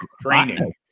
training